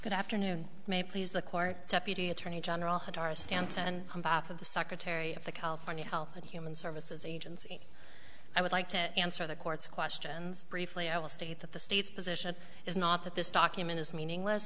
good afternoon may please the court deputy attorney general who are stanton on top of the secretary of the california health and human services agency i would like to answer the court's questions briefly i will state that the state's position is not that this document is meaningless